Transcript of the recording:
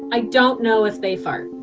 i don't know if they fart.